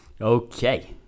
Okay